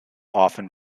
often